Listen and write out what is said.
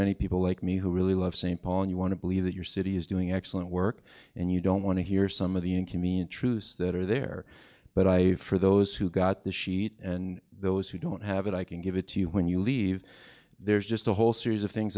many people like me who really love st paul and you want to believe that your city is doing excellent work and you don't want to hear some of the in camino truths that are there but i for those who got the sheet and those who don't have it i can give it to you when you leave there's just a whole series of things